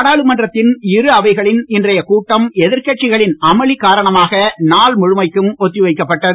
நாடாளுமன்றத்தின் இரு அவைகளின் இன்றைய கூட்டம் எதிர்க்கட்சிகளின் அமளி காரணமாக நாள் முழுமைக்கும் ஒத்தி வைக்கப்பட்டது